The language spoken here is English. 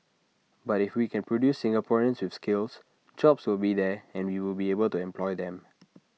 but if we can produce Singaporeans with skills jobs will be there and we will be able to employ them